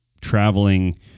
traveling